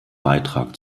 beitrag